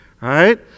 Right